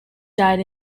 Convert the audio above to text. died